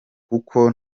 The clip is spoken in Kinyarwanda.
kuko